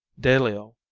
delio,